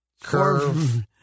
curve